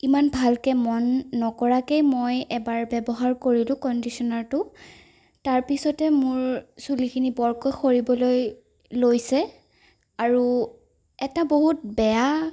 ইমান ভালকে মন নকৰাকে মই এবাৰ ব্যৱহাৰ কৰিলোঁ কণ্ডিচনাৰটো তাৰ পিছতে মোৰ চুলিখিনি বৰকৈ সৰিবলৈ লৈছে আৰু এটা বহুত বেয়া